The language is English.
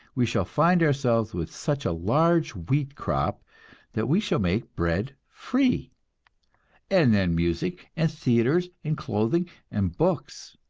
we shall find ourselves with such a large wheat crop that we shall make bread free and then music and theatres and clothing and books.